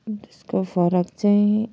त्यसको फरक चाहिँ